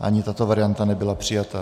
Ani tato varianta nebyla přijata.